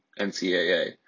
NCAA